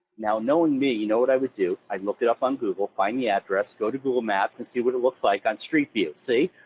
now, knowing me, you know what i would do, i'd look it up on google, find the address, go to google maps, and see what it looks like on street view. see,